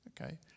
Okay